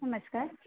नमस्कार